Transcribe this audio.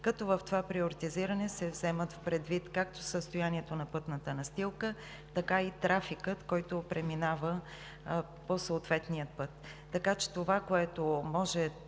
като в това приоритизиране се вземат предвид както състоянието на пътната настилка, така и трафикът, който преминава по съответния път. През 2019 г. Агенцията може